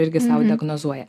irgi sau diagnozuoja